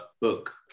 book